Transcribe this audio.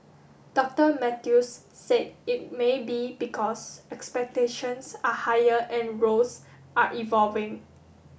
Doctor Mathews said it may be because expectations are higher and roles are evolving